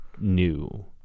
new